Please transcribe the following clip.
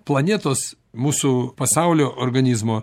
planetos mūsų pasaulio organizmo